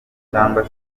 cyangwa